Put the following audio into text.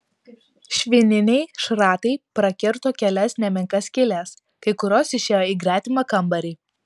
švininiai šratai prakirto kelias nemenkas skyles kai kurios išėjo į gretimą kambarį